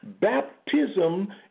Baptism